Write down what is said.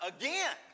again